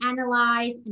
analyze